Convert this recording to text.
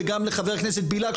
וגם לחבר הכנסת בליאק,